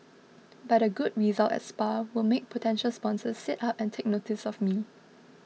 but a good result at Spa will make potential sponsors sit up and take notice of me